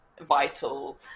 vital